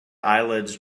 eyelids